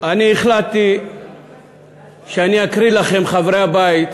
אני החלטתי שאני אקריא לכם, חברי הבית,